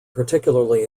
particularly